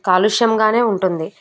కాలుష్యంగానే ఉంటుంది